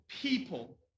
people